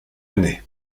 année